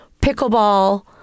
pickleball